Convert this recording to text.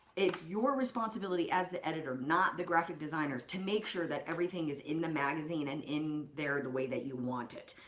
it's your responsibility as the editor, not the graphic designer's, to make sure that everything is in the magazine and in there the way that you want it.